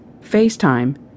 FaceTime